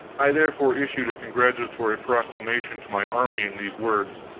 i therefore issued a congratulatory proclamation to my army in these words